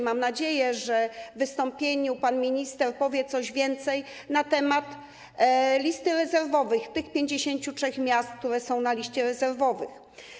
Mam nadzieję, że w wystąpieniu pan minister powie coś więcej na temat listy rezerwowych, na temat tych 53 miast, które są na liście rezerwowych.